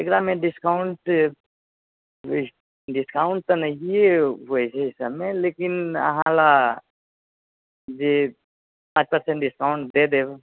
एकरामे discount discount तऽ नहिये होइ छै ई सबमे लेकिन अहाँ लऽ जे पाँच परसेंट डिस्काउंट दए देब